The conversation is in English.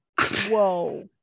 Whoa